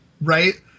Right